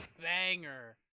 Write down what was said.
banger